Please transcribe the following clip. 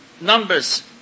numbers